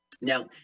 Now